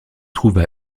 trouve